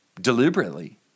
deliberately